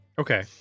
Okay